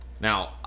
Now